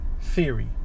theory